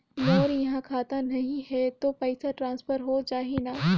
मोर इहां खाता नहीं है तो पइसा ट्रांसफर हो जाही न?